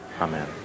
Amen